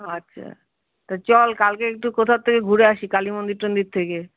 আচ্ছা তো চল কালকে একটু কোথাওর থেকে ঘুরে আসি কালী মন্দির টন্দির থেকে